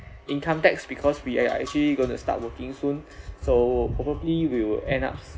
income tax because we are uh actually going to start working soon so probably we will end up